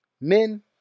Men